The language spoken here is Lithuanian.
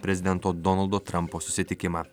prezidento donaldo trampo susitikimą